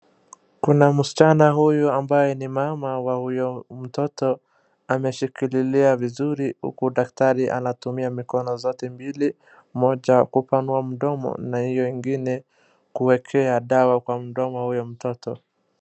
Kuna msichana huyu ambaye ni mama wa huyo mtoto ameshikilia vizuri, huku daktari anatumia mikono zote mbili, moja kupanua mdomo na hiyo ingine kuwekea dawa kwa mdomo huyo mtoto.